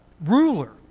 ruler